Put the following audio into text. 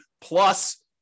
plus